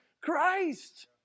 Christ